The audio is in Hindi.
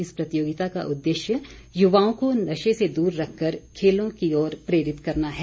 इस प्रतियोगिता का उद्देश्य युवाओं को नशे से दूर रखकर खेलों की ओर प्रेरित करना है